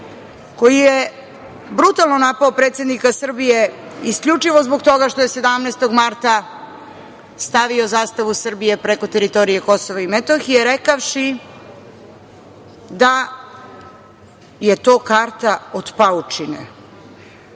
koji je brutalno napao predsednika Srbije isključivo zbog toga što je 17. marta stavio zastavu Srbije preko teritorije Kosova i Metohije, rekavši da je to karta od paučine.